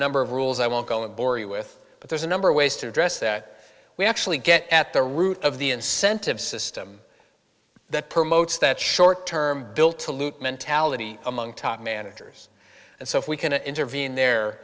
number of rules i won't go and bore you with but there's a number of ways to address that we actually get at the root of the incentive system that promotes that short term bill to loot mentality among top managers and so if we can intervene there